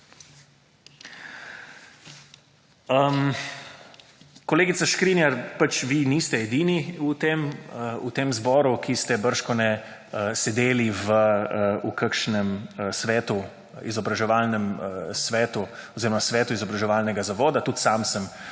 Kolegica Škrinjar, vi niste edini v tem zboru, ki ste bržkone sedeli v kakšnem svetu, izobraževalnem svetu oziroma svetu izobraževalnega zavoda, tudi sam sem